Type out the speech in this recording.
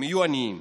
הם יהיו עניים.